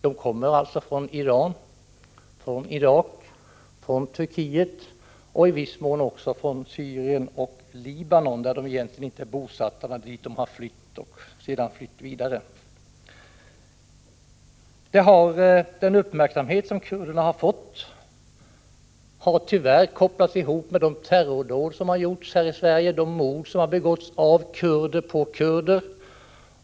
De kommer från Iran, Irak, Turkiet och i viss mån från Syrien och Libanon, där de egentligen inte är bosatta men dit de har flytt och sedan flytt vidare. Den uppmärksamhet som kurderna har fått har tyvärr kopplats till de terrordåd som har utförts här i Sverige och till de mord som har begåtts av kurder på kurder.